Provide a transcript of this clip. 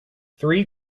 three